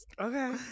Okay